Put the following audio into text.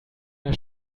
der